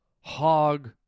hog